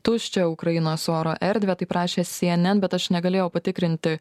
tuščią ukrainos oro erdvę taip rašė cnn bet aš negalėjau patikrinti